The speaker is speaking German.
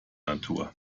natur